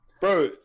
Bro